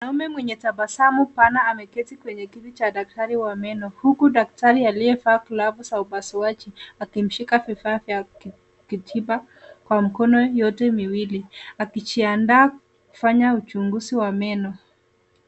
Mwanaume mwenye tabasamu pana ameketi kwenye kiti cha daktari wa meno, huku daktari aliyevaa glovu za upasuaji akimshika vifaa vyake akijipa kwa kwa mkono yote miwili akijiandaa kufanya uchunguzi wa meno.